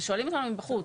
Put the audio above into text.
ושואלים אותנו מבחוץ,